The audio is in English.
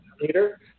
leader